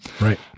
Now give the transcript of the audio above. Right